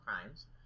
crimes